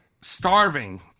starving